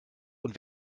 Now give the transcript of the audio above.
und